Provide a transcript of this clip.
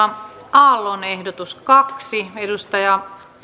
touko aallon ehdotus kaksi edustajaaa